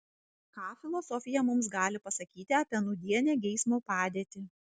ką filosofija mums gali pasakyti apie nūdienę geismo padėtį